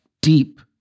deep